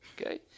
okay